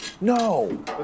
No